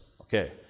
Okay